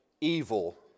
evil